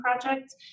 project